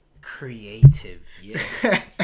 creative